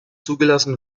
zugelassen